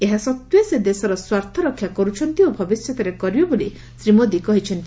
ଏହା ସତ୍ତ୍ୱେ ସେ ଦେଶର ସ୍ୱାର୍ଥ ରକ୍ଷା କର୍ରଛନ୍ତି ଓ ଭବିଷ୍ୟତରେ କରିବେ ବୋଲି ଶ୍ରୀ ମୋଦି କହିଛନ୍ତି